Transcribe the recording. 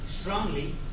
strongly